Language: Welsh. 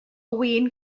win